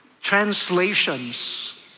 translations